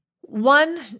One